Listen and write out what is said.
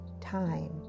time